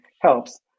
helps